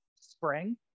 spring